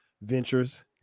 ventures